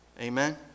Amen